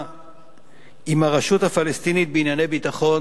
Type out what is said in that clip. עם הרשות הפלסטינית בענייני ביטחון,